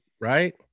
right